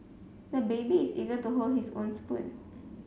the baby is eager to hold his own spoon